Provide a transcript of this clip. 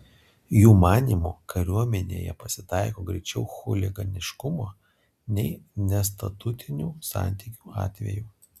jų manymu kariuomenėje pasitaiko greičiau chuliganiškumo nei nestatutinių santykių atvejų